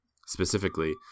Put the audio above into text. specifically